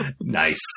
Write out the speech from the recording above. Nice